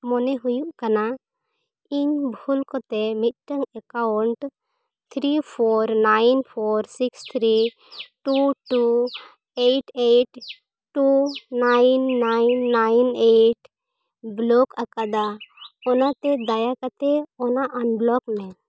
ᱢᱚᱱᱮ ᱦᱩᱭᱩᱜ ᱠᱟᱱᱟ ᱤᱧ ᱵᱷᱩᱞ ᱠᱟᱛᱮᱫ ᱢᱤᱫᱴᱟᱱ account three four nine four six three two two eight eight two nine nine nine eight block ᱟᱠᱟᱫᱟ ᱚᱱᱟᱛᱮ ᱫᱟᱭᱟ ᱠᱟᱛᱮᱫ ᱚᱱᱟ ᱟᱱᱵᱞᱚᱠ ᱢᱮ